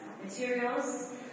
materials